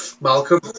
Malcolm